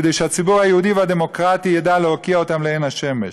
כדי שהציבור היהודי והדמוקרטי ידע להוקיע אותם לעין השמש.